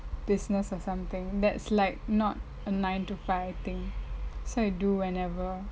business or something that's like not a nine to five thing so I do whenever